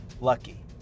lucky